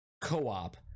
co-op